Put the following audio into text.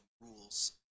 rules